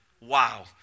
Wow